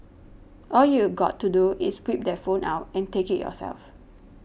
all you got to do is whip that phone out and take it yourself